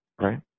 Right